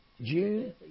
June